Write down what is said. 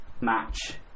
match